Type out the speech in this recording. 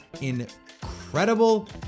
incredible